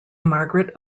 margaret